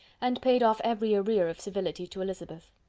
and paid off every arrear of civility to elizabeth.